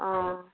অঁ